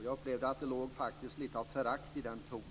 Jag upplevde att det låg lite av förakt i hans ton.